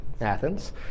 Athens